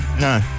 No